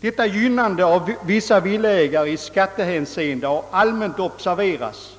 Detta gynnande av vissa villaägare i skattehänseende har allmänt observerats.